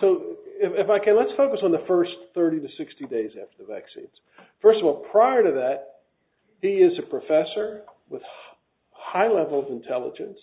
so if i can let's focus on the first thirty to sixty days after the vaccines first of all prior to that he is a professor with high levels intelligence